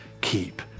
keep